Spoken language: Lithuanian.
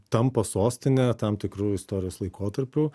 tampa sostine tam tikru istorijos laikotarpiu